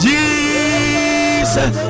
Jesus